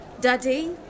Daddy